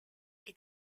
est